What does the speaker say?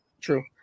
true